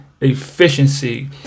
efficiency